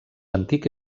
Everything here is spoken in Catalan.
antic